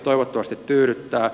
toivottavasti tyydyttää